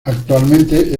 actualmente